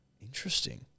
Interesting